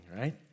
right